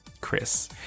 Chris